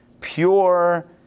pure